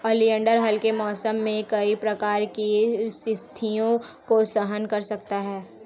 oleander हल्के मौसम में कई प्रकार की स्थितियों को सहन कर सकता है